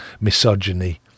misogyny